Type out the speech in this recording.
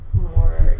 more